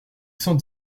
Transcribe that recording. cent